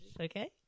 Okay